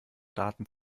daten